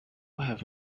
have